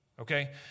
Okay